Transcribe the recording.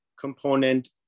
component